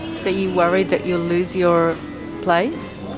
so you're worried that you'll lose your place?